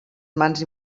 mans